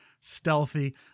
stealthy